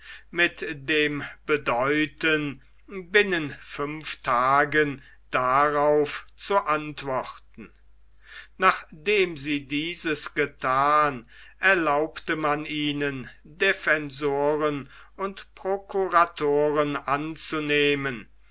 mit dem bedeuten binnen fünf tagen darauf zu antworten nachdem sie dieses gethan erlaubte man ihnen defensoren und prokuratoren anzunehmen